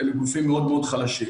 אלה גופים מאוד מאוד חלשים.